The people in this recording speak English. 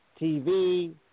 TV